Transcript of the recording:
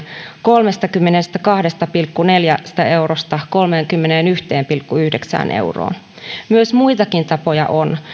kolmestakymmenestäkahdesta pilkku neljästä eurosta kolmeenkymmeneenyhteen pilkku yhdeksään euroon muitakin tapoja on